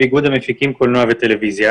איגוד המפיקים קולנוע וטלוויזיה.